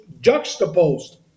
juxtaposed